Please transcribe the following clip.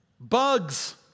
bugs